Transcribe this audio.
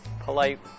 polite